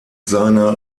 seiner